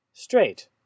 Straight